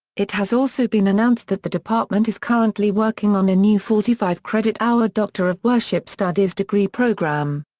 it has also been announced that the department is currently working on a new forty five credit hour doctor of worship studies degree program.